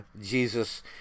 Jesus